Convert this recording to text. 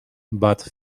but